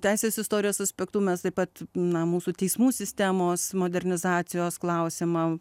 teisės istorijos aspektu mes taip pat na mūsų teismų sistemos modernizacijos klausimą